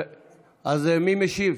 מי משיב?